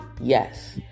Yes